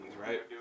right